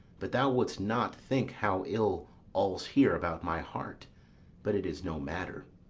but thou wouldst not think how ill all's here about my heart but it is no matter.